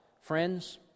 friends